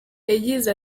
yagize